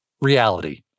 reality